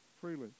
freely